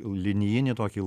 linijinį tokį